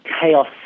chaos